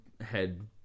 head